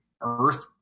Earth